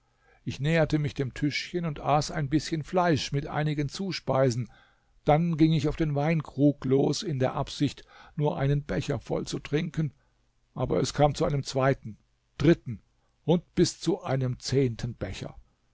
ich näherte mich dem tischchen und aß ein bißchen fleisch mit einigen zuspeisen dann ging ich auf den weinkrug los in der absicht nur einen becher voll zu trinken aber es kam zu einem zweiten dritten und bis zu einem zehnten becher